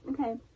Okay